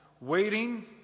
waiting